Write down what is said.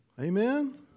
Amen